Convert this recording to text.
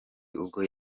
ubwo